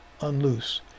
unloose